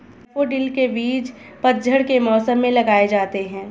daffodil के बीज पतझड़ के मौसम में लगाए जाते हैं